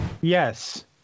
Yes